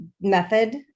method